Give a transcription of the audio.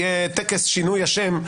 יהיה טקס שינוי השם,